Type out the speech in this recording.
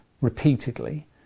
repeatedly